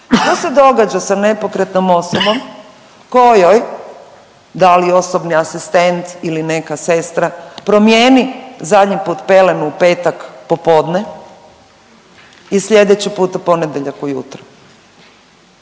Što se događa sa nepokretnom osobom kojoj da li osobni asistent ili neka sestra promijeni zadnji put pelenu u petak popodne i sljedeći puta ponedjeljak u jutro.